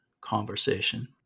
conversation